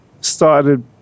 started